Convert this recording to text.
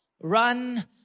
run